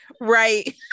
right